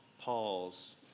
Paul's